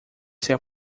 ser